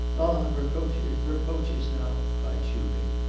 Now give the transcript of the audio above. ah! reproaches! reproaches now cried shubin.